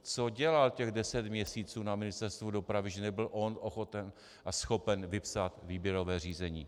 Co dělal těch deset měsíců na Ministerstvu dopravy, že nebyl on ochoten a schopen vypsat výběrové řízení?